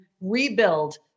rebuild